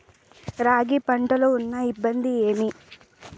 రాగి పంటలో ఉన్న ఇబ్బంది ఏమి?